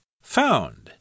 Found